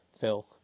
Phil